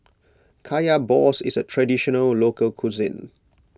Kaya Balls is a Traditional Local Cuisine